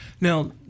Now